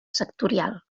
sectorial